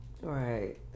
Right